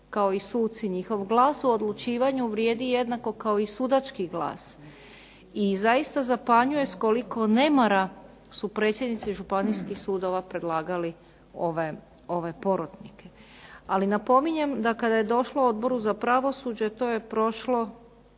kao i suci. Njihov glas u odlučivanju vrijedi jednako kao i sudački glas. I zaista zapanjuje s koliko nemara su predsjednici Županijskih sudova predlagali ove porotnike. Ali, napominjem da kada je došlo Odboru za pravosuđe to je prošlo